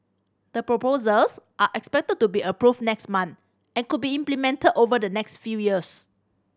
the proposals are expected to be approved next month and could be implemented over the next few years